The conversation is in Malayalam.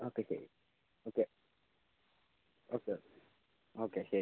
ഓക്കെ ശരി ഓക്കെ ഓക്കെ ഓക്കെ ശരി